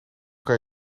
kan